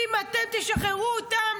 אם תשחררו אותם,